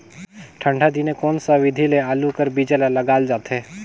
ठंडा दिने कोन सा विधि ले आलू कर बीजा ल लगाल जाथे?